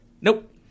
Nope